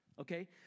Okay